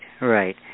right